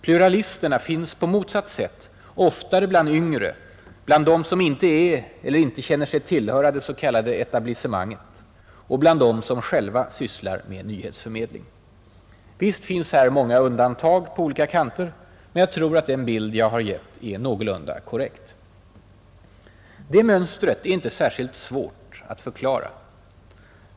Pluralisterna finns på motsatt sätt oftare bland yngre, bland dem som inte är eller inte känner sig tillhöra det s.k. etablissemanget, och bland dem som själva sysslar med nyhetsförmedling. Visst finns här många undantag på olika kanter, men jag tror att den bild jag har givit är någorlunda korrekt. Det mönstret är inte särskilt svårt att förklara.